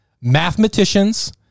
mathematicians